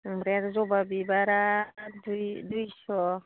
ओमफ्राय आरो जबा बिबारा दुइ दुइस'